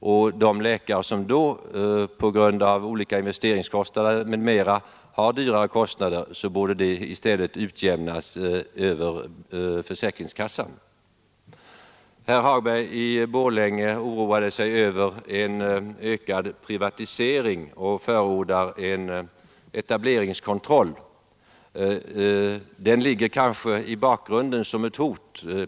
De högre kostnader som beror på dyrare investeringar m, m, borde i stället utjämnas över försäkringskassan. Herr Hagberg i Borlänge oroade sig över en ökad privatisering och förordade etableringskontroll. Den finns kanske i bakgrunden som ett hot.